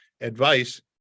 advice